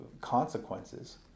consequences